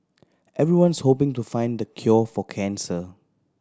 everyone's hoping to find the cure for cancer